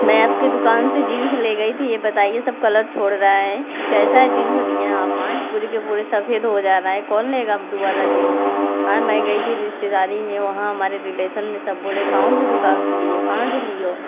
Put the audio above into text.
मैं आपके दुकान से जींस ले गई थी ये बताइए सब कलर छोड़ रहा है कैसा है जींस दिए हैं आप आएं पूरे के पूरे सफ़ेद हो जा रहा है कौन लेगा दोबारा जींस हाँ मैं गई थी रिश्तेदारी में वहाँ हमारे रिलेसन में सब बोले कौनसी दुकान से लिए कहाँ से लिए हो